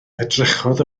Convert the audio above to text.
edrychodd